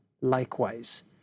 likewise